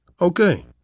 okay